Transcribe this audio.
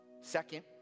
Second